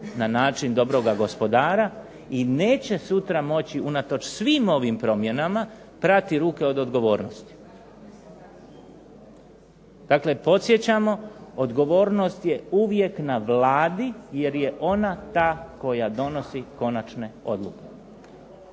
na način dobroga gospodara i neće sutra moći unatoč svim ovim promjenama, prati ruke od odgovornosti. Dakle, podsjećamo odgovornost je uvijek na Vladi jer je ona ta koja donosi konačne odluke.